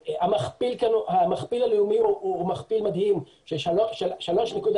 המכפיל הלאומי הוא מכפיל מדהים של 3.6